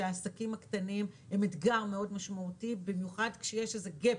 שהעסקים הקטנים הם אתגר מאוד משמעותי במיוחד כשיש איזה רף